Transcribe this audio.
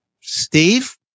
Steve